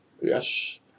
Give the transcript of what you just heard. yes